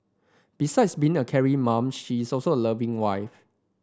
besides being a caring mom she is also a loving wife